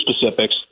specifics